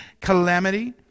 calamity